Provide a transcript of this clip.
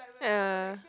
ya